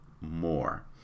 more